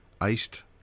iced